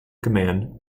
command